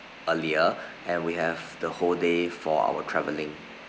earlier and we have the whole day for our travelling